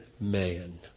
man